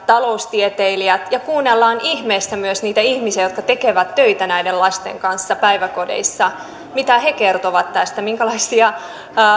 tutkijoita taloustieteilijöitä niin kuunnellaan ihmeessä myös niitä ihmisiä jotka tekevät töitä näiden lasten kanssa päiväkodeissa mitä he kertovat tästä minkälaisia